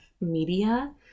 media